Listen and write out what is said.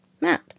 Matt